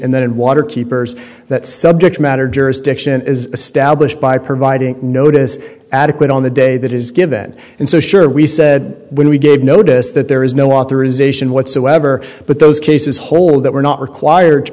and then water keepers that subject matter jurisdiction is established by providing notice adequate on the day that is given and so sure we said when we gave notice that there is no authorization whatsoever but those cases hold that we're not required to